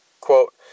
Quote